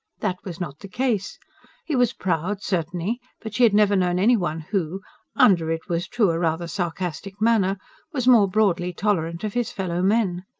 that was not the case he was proud, certainly, but she had never known any one who under, it was true, a rather sarcastic manner was more broadly tolerant of his fellow-men.